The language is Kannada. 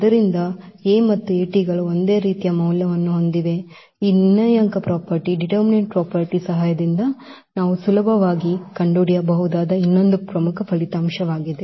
ಆದ್ದರಿಂದ A ಮತ್ತು ಗಳು ಒಂದೇ ರೀತಿಯ ಮೌಲ್ಯವನ್ನು ಹೊಂದಿವೆ ಆದ್ದರಿಂದ ಈ ನಿರ್ಣಾಯಕ ಪ್ರಾಪರ್ಟಿ ಸಹಾಯದಿಂದ ನಾವು ಸುಲಭವಾಗಿ ಕಂಡುಹಿಡಿಯಬಹುದಾದ ಇನ್ನೊಂದು ಪ್ರಮುಖ ಫಲಿತಾಂಶವಾಗಿದೆ